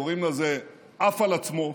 קוראים לזה "עף על עצמו"